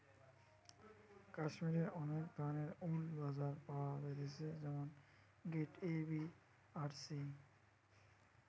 কাশ্মীরের অনেক ধরণের উল বাজারে পাওয়া যাইতেছে যেমন গ্রেড এ, বি আর সি